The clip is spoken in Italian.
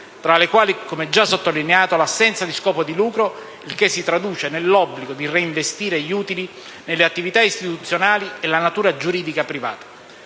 tra le quali, come già sottolineato, l'assenza di scopo di lucro, il che si traduce nell'obbligo di reinvestire gli utili nelle attività istituzionali, e la natura giuridica privata.